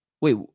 wait